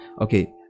Okay